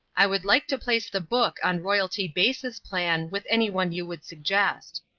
i would like to place the book on royalty basis plan with any one you would suggest.